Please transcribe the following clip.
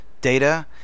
data